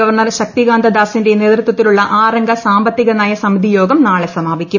governor ് ശക്തികാന്ത ദാസിന്റെ നേതൃത്വത്തിലുള്ള ആറംഗ സാമ്പത്തിക്നയ സമിതിയോഗം നാളെ സമാപിക്കും